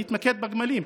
אני אתמקד בגמלים,